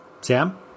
Sam